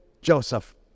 Joseph